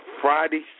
Friday